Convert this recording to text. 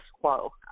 quo